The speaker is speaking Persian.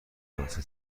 خلاصه